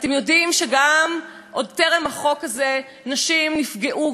אתם יודעים שגם עוד טרם החוק הזה נשים נפגעו,